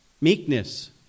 Meekness